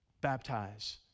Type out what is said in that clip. baptize